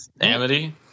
Amity